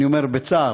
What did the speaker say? אני אומר בצער,